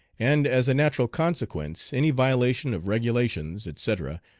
and, as a natural consequence, any violation of regulations, etc,